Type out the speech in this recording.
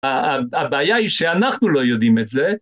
‫הבעיה היא שאנחנו לא יודעים את זה.